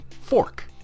fork